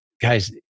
Guys